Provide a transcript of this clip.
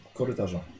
korytarza